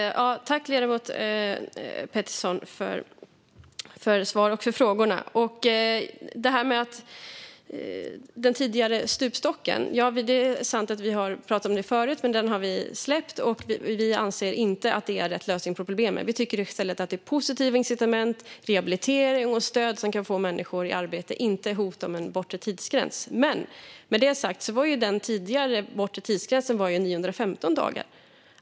Fru talman! Tack, ledamoten Petersson, för frågorna och för svaren! Det är sant att vi har pratat om den tidigare stupstocken förut, men vi har släppt den. Vi anser inte att det är rätt lösning på problemet. Vi tycker i stället att man ska ha positiva incitament med rehabilitering och stöd som kan få människor i arbete, inte hot om en bortre tidsgräns. Men med det sagt var den tidigare bortre tidsgränsen 915 dagar.